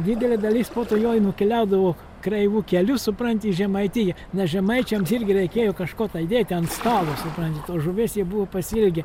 didelė dalis po to joj nukeliaudavo kreivu keliu supranti į žemaitiją nes žemaičiams irgi reikėjo kažko tai dėti ant stalo supranti tos žuvies jie buvo pasiilgę